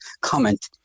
comment